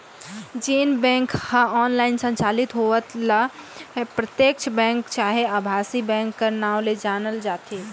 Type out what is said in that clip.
जेन बेंक ह ऑनलाईन संचालित होवत हे ल प्रत्यक्छ बेंक चहे अभासी बेंक कर नांव ले जानल जाथे